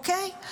אוקיי?